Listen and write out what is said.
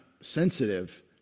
sensitive